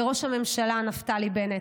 לראש הממשלה נפתלי בנט,